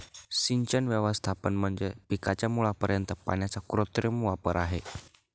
सिंचन व्यवस्थापन म्हणजे पिकाच्या मुळापर्यंत पाण्याचा कृत्रिम वापर आहे